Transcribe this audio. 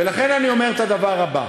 ולכן אני אומר את הדבר הבא: